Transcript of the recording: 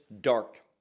dark